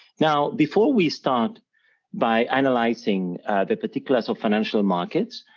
now, before we start by analyzing the particulars of financial markets,